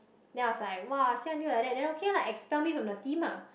then I was like [wah] say until like that then okay lah expel me from your team lah